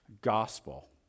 gospel